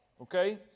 Okay